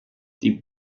die